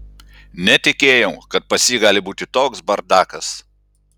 netikėjau kad pas jį gali būti toks bardakas